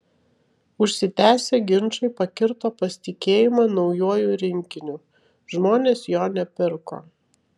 užsitęsę ginčai pakirto pasitikėjimą naujuoju rinkiniu žmonės jo nepirko